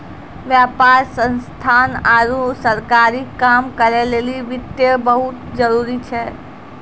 व्यापार संस्थान आरु सरकारी काम करै लेली वित्त बहुत जरुरी छै